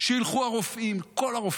שילכו הרופאים, כל הרופאים.